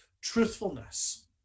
truthfulness